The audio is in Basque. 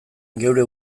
geure